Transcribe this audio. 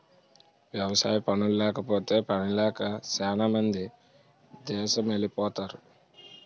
వ్యవసాయ పనుల్లేకపోతే పనిలేక సేనా మంది దేసమెలిపోతరు